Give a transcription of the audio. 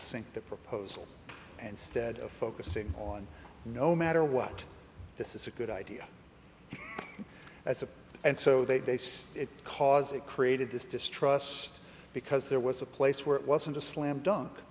sink the proposal and stead of focusing on no matter what this is a good idea as a and so they say it because it created this distrust because there was a place where it wasn't a slam dunk